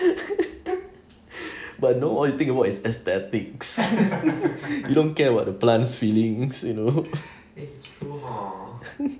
but know all you think about is aesthetics you don't care about the plants feelings